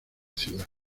ciudad